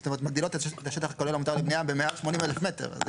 זאת אומרת מגדילות את השטח הכולל המותר לבנייה ב-180,000 מטר.